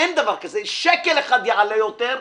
כבוד היושב-ראש, קודם כול תודה רבה לאיתן,